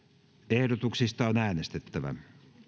ehdotuksista on äänestettävä